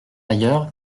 ailleurs